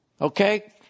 Okay